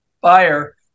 buyer